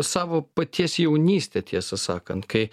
savo paties jaunystę tiesą sakant kai